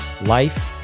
life